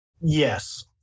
Yes